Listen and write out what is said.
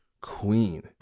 Queen